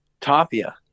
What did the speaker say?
Tapia